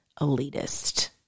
elitist